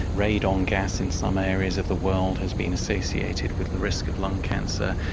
radon gas in some areas of the world has been associated with the risk of lung cancer,